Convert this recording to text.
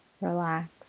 relax